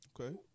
Okay